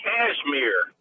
Cashmere